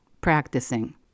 practicing